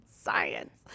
Science